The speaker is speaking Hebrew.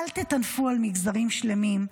אל תטנפו על מגזרים שלמים,